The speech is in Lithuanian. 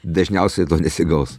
dažniausiai to nesigaus